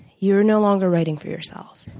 you are no longer writing for yourself.